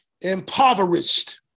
impoverished